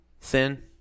thin